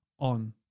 on